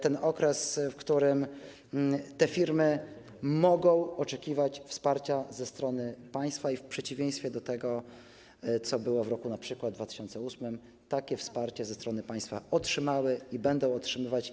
To okres, w którym te firmy mogą oczekiwać wsparcia ze strony państwa i w przeciwieństwie do tego, co było np. w 2008 r., takie wsparcie ze strony państwa otrzymały i będą otrzymywać.